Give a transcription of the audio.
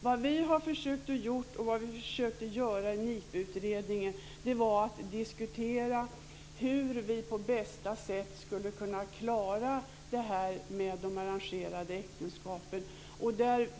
Vad vi har försökt göra, vad vi bl.a. försökte göra i NIPU-utredningen, var att diskutera hur vi på bästa sätt skulle kunna klara det här med de arrangerade äktenskapen.